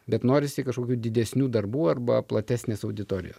bet norisi kažkokių didesnių darbų arba platesnės auditorijos